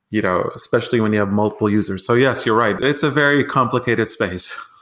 you know especially when you have multiple users. so yes, you're right. it's a very complicated space.